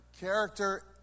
character